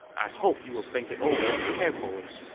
i hope you will think it over carefully.